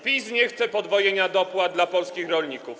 PiS nie chce podwojenia dopłat dla polskich rolników.